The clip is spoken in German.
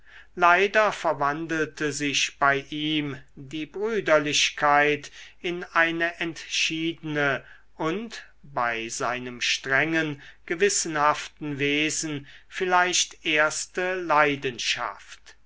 leider verwandelte sich bei ihm die brüderlichkeit in eine entschiedene und bei seinem strengen gewissenhaften wesen vielleicht erste leidenschaft